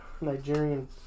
Nigerian